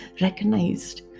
recognized